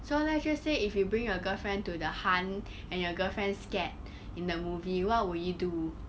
so let's just say if you bring your girlfriend to the hunt and your girlfriend scared in the movie what would you do